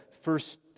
first